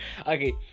Okay